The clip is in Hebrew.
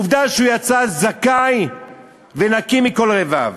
עובדה שהוא יצא זכאי ונקי ללא כל רבב.